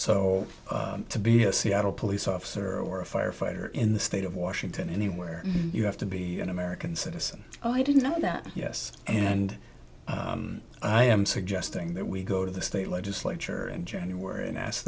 so to be a seattle police officer or a firefighter in the state of washington anywhere you have to be an american citizen oh i didn't know that yes and i am suggesting that we go to the state legislature in germany were and i asked